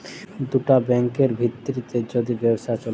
দুটা ব্যাংকের ভিত্রে যদি ব্যবসা চ্যলে